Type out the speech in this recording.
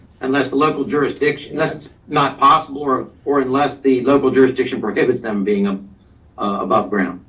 unless the local jurisdiction, that's not possible or or unless the local jurisdiction prohibits them being ah above ground.